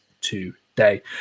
today